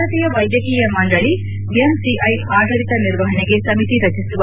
ಭಾರತೀಯ ವೈದ್ಯಕೀಯ ಮಂಡಳಿ ಎಂಸಿಐ ಆಡಳಿತ ನಿರ್ವಹಣೆಗೆ ಸಮಿತಿ ರಚಿಸುವ